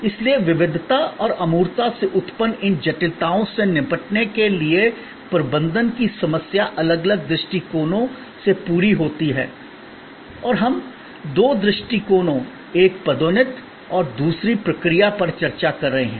इसलिए विविधता और अमूर्तता से उत्पन्न इन जटिलताओं से निपटने के लिए प्रबंधन की समस्या अलग अलग दृष्टिकोणों से पूरी होती है और हम दो दृष्टिकोणों एक पदोन्नति और दूसरी प्रक्रिया पर चर्चा कर रहे हैं